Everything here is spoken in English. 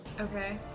Okay